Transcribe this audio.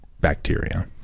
bacteria